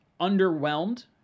underwhelmed